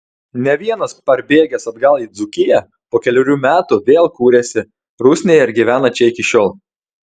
ne vienas parbėgęs atgal į dzūkiją po kelerių metų vėl kūrėsi rusnėje ir gyvena čia iki šiol